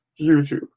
YouTube